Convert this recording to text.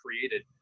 created